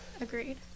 agreed